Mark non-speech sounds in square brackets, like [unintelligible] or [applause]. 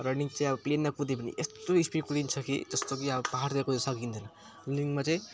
running चाहिँ अब प्लेनमा कुदे भने यस्तो स्पिड कुदिन्छ कि जस्तो कि अब पाहाडतिरको यो सकिँदैन [unintelligible] मा चाहिँ